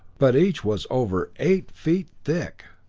but each was over eight feet thick!